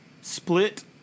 split